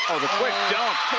the quick dump.